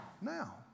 now